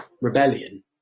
rebellion